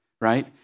right